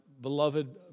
beloved